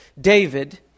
David